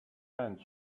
end